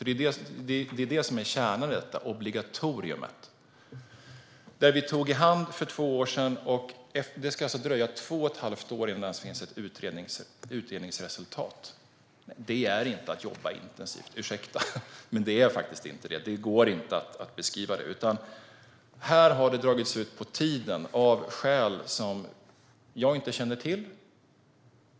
Det är det som är kärnan i detta: obligatoriet. Vi tog i hand för två år sedan. Det ska alltså dröja två och ett halvt år innan det ens finns ett utredningsresultat. Det är inte att jobba intensivt. Ursäkta, men det är faktiskt inte det. Det går inte att beskriva det så. Här har det dragits ut på tiden av skäl som jag inte känner till.